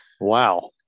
Wow